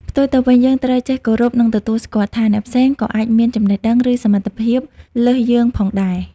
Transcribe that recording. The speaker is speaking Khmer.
ផ្ទុយទៅវិញ យើងត្រូវចេះគោរព និងទទួលស្គាល់ថា អ្នកផ្សេងក៏អាចមានចំណេះដឹង ឬសមត្ថភាពលើសយើងផងដែរ។